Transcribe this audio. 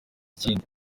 kindi